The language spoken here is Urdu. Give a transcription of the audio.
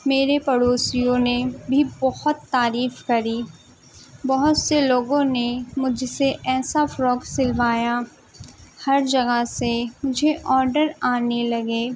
میرے پڑوسیوں نے بھی بہت تعریف کری بہت سے لوگوں نے مجھ سے ایسا فراک سلوایا ہر جگہ سے مجھے آڈر آنے لگے